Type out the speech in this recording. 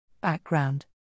BACKGROUND